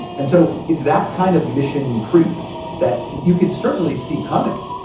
and so it's that kind of mission creep that you could certainly see coming,